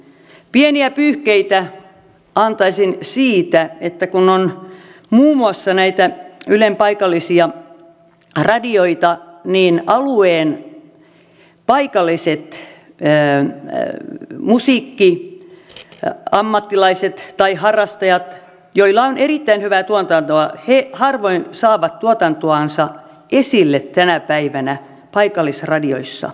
pieniä pyyhkeitä antaisin siitä kun on muun muassa näitä ylen paikallisia radioita että alueen paikalliset musiikkiammattilaiset tai harrastajat joilla on erittäin hyvää tuotantoa harvoin saavat tuotantoansa esille tänä päivänä paikallisradioissa